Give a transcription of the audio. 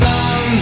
Sun